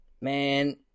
Man